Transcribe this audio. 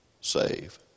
save